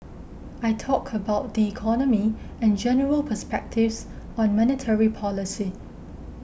I talked about the economy and general perspectives on monetary policy